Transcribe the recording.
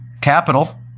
capital